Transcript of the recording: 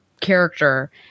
character